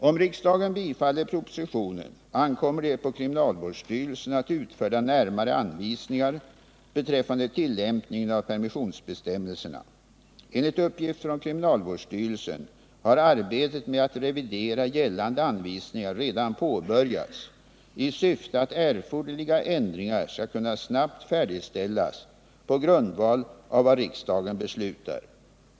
Om riksdagen bifaller propositionen ankommer det på kriminalvårdsstyrelsen att utfärda närmare anvisningar beträffande tillämpningen av permissionsbestämmelserna. Enligt uppgift från kriminalvårdsstyrelsen har arbetet med att revidera gällande anvisningar redan påbörjats i syfte att erforderliga ändringar skall kunna snabbt färdigställas på grundval av vad riksdagen beslutar.